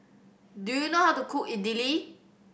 do you know how to cook Idili